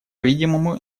видимому